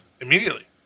immediately